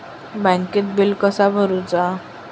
बँकेत बिल कसा भरुचा?